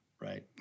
Right